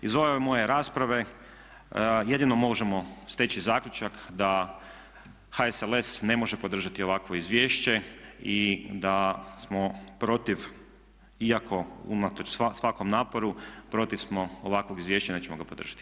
Iz ove moje rasprave jedino možemo steći zaključak da HSLS ne može podržati ovakvo izvješće i da smo protiv iako unatoč svakom naporu protiv smo ovakvog izvješća i nećemo ga podržati.